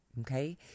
Okay